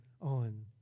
on